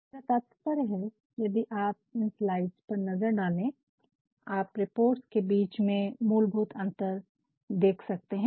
मेरा तात्पर्य है यदि आप इन स्लाइड्स पर नजर डालें आप रिपोर्ट्स के बीच में मूलभूत अंतर देख सकते हैं